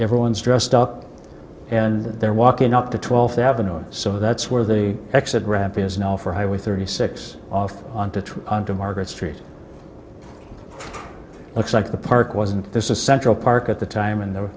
everyone's dressed up and they're walking up to twelfth avenue and so that's where the exit ramp is now for highway thirty six off on to try to market street looks like the park was and there's a central park at the time and the